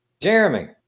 Jeremy